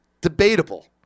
Debatable